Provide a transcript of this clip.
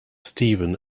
stephen